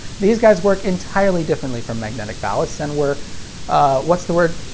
these guys work entirely differently from magnetic ballasts and were, ah what's the word,